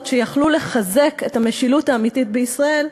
שיכלו לחזק את המשילות האמיתית בישראל.